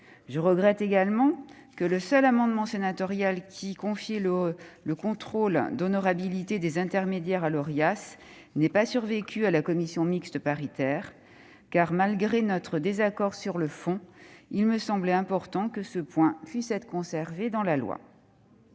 Je déplore également que le seul amendement sénatorial tendant à confier le contrôle de l'honorabilité des intermédiaires à l'Orias n'ait pas survécu à la commission mixte paritaire : malgré notre désaccord sur le fond, il me semblait important que ce point puisse être conservé dans la loi.